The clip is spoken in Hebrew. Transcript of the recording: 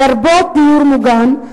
לרבות דיור מוגן,